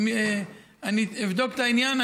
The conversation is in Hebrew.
אני אבדוק את העניין.